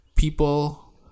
People